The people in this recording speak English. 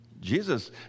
Jesus